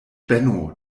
benno